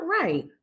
right